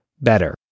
better